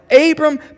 Abram